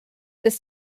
this